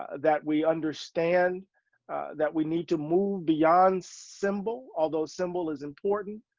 that we understand that we need to move beyond symbol, although symbol is important,